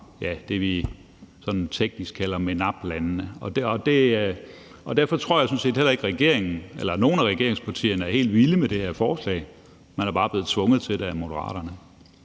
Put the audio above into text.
det, som vi teknisk kalder MENAPT-landene. Derfor tror jeg sådan set heller ikke, at nogen af regeringspartierne er helt vilde med det her forslag. Man er bare blevet tvunget til det af Moderaterne.